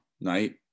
night